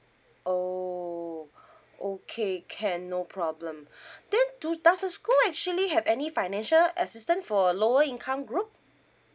oh okay can no problem do does the school actually have any financial assistant for lower income group